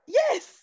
yes